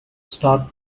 star